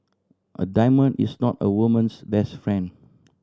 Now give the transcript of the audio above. a diamond is not a woman's best friend